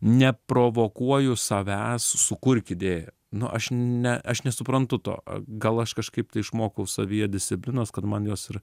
neprovokuoju savęs sukurk idėją nu aš ne aš nesuprantu to gal aš kažkaip tai išmokau savyje disciplinos kad man jos ir